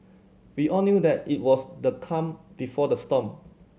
we all knew that it was the calm before the storm